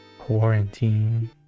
Quarantine